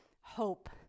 hope